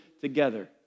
together